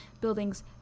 buildings